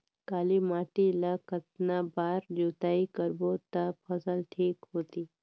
काली माटी ला कतना बार जुताई करबो ता फसल ठीक होती?